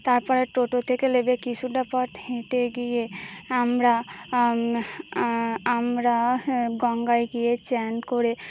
তারপরে টোটো থেকে নেবে কিছুটা পথ হেঁটে গিয়ে আমরা আমরা গঙ্গায় গিয়ে চান করে